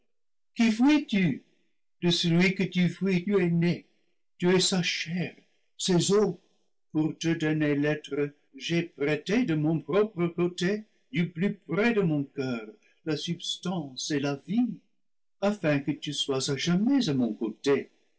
de celui que tu fuis tu es née tu es sa chair ses os pour te donner l'être je t'ai prêté de mon propre côté du plus près de mon coeur la substance et la vie afin que tu sois à jamais à mon côté